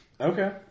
Okay